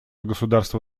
государства